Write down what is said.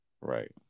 Right